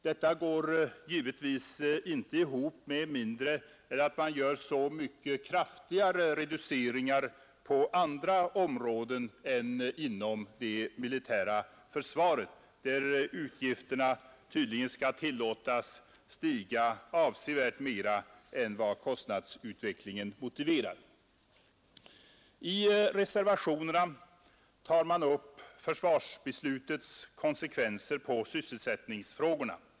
Detta går givetvis inte ihop med mindre än att man gör så mycket kraftigare reduceringar på andra områden än inom det militära försvaret, där utgifterna tydligen skall tillåtas stiga avsevärt mera än vad kostnadsutvecklingen motiverar. I reservationerna tar man upp försvarsbeslutets konsekvenser på sysselsättningsfrågorna.